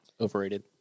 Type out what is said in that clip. Overrated